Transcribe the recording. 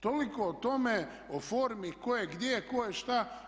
Toliko o tome, o formi ko je gdje, ko je šta.